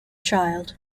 child